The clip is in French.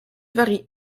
varient